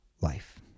life